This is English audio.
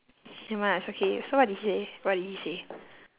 never mind ah it's okay so what did he say what did he say